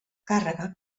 càrrega